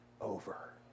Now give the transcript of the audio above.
over